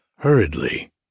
Hurriedly